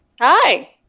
Hi